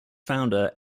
founder